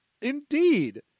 Indeed